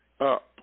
up